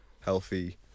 healthy